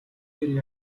хэрэг